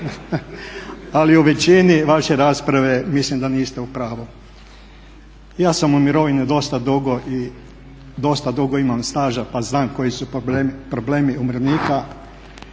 ali u većini vaše rasprave mislim da niste u pravu. Ja sam u mirovini dosta dugo i dosta dugo imam staža pa znam koji su problemi umirovljenika